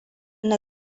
na